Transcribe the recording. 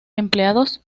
empleados